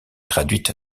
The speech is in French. traduite